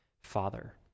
father